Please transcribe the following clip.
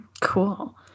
Cool